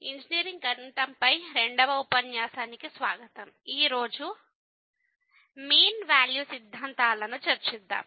engineering గణితం పై రెండవ ఉపన్యాసానికి స్వాగతం ఈ రోజు మీన్ వాల్యూ సిద్ధాంతాలను చర్చిద్దాము